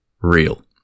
Real